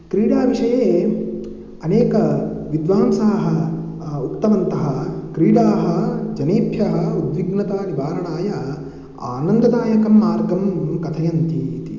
क्रीडाविषये अनेकविद्वांसः उक्तवन्तः क्रीडाः जनेभ्यः उद्विग्नतानिवारणाय आनन्ददायकं मार्गं कथयन्ति इति